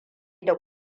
da